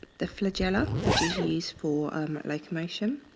the flagella, which is used for locomotion.